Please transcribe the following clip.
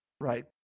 Right